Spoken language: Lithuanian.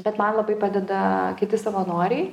bet man labai padeda kiti savanoriai